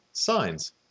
signs